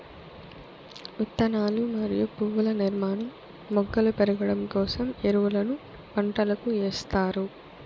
విత్తనాలు మరియు పువ్వుల నిర్మాణం, మొగ్గలు పెరగడం కోసం ఎరువులను పంటలకు ఎస్తారు